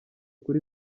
kuri